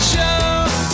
Show